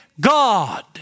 God